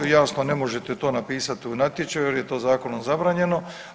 Jasno ne možete to napisati u natječaju jer je to zakonom zabranjeno.